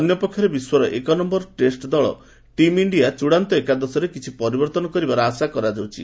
ଅନ୍ୟପକ୍ଷରେ ବିଶ୍ୱର ଏକ ନମ୍ଭର ଟେଷ୍ଟ ଦଳ ଟିମ୍ ଇଣ୍ଡିଆ ଚୃଡ଼ାନ୍ତ ଏକାଦଶରେ କିଛି ପରିବର୍ତ୍ତନ କରିବାର ଆଶା ରହିଛି